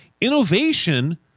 Innovation